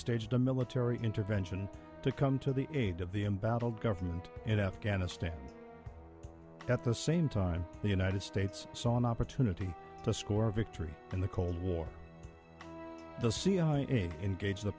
staged a military intervention to come to the aid of the embattled government in afghanistan at the same time the united states saw an opportunity to score a victory in the cold war the cia's engaged the